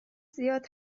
زیاد